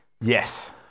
Yes